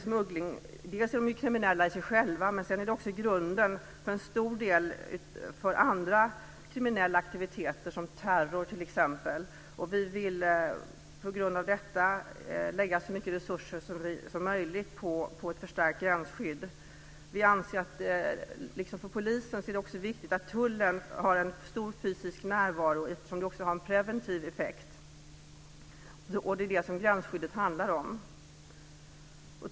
Smugglingen är kriminellt i sig själv, men den utgör också grunden för andra kriminella aktiviteter, t.ex. terrorverksamhet. Därför vill vi lägga så mycket resurser som möjligt på ett förstärkt gränsskydd. För polisen är det också viktigt att tullen har en fysisk närvaro, eftersom man också har en preventiv funktion.